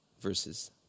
verses